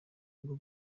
bwo